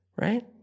right